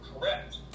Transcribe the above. correct